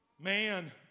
Man